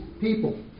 people